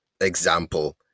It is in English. example